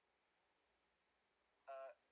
uh